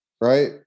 right